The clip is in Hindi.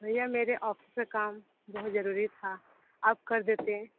भैया मेरे ऑफिस का काम बहुत ज़रूरी था आप कर देते